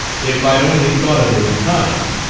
if i'd only thought of it in time.